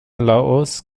لائوس